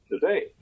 today